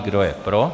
Kdo je pro?